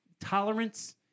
tolerance